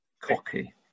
cocky